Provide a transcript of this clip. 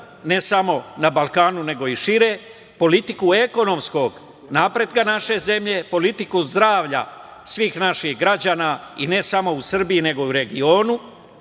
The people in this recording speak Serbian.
ne samo na Balkanu nego i šire, politiku ekonomskog napretka naše zemlje, politiku zdravlja svih naših građana, ne samo u Srbiji nego i u regionu,